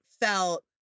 felt